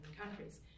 countries